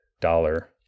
dollar